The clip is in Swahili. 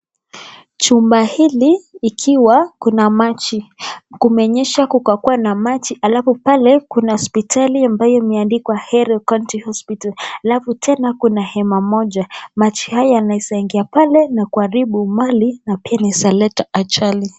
Chumba hili ikiwa kuna maji. Kumenyesha kukakuwa na maji alafu pale kuna sipitali ambaye imeandikwa Ahero County Hospital alafu tena kuna hema moja. Maji haya yanaweza ingia pale na kuharibu mali na pia inaweza leta ajali.